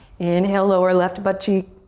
inhale lower left butt cheek.